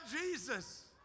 Jesus